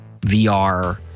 VR